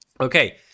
Okay